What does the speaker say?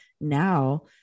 now